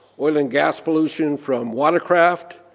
oil and gas pollution from water craft,